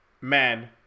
man